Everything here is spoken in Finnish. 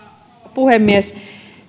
puhemies